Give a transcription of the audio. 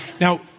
Now